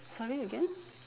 sorry again